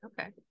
okay